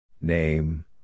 Name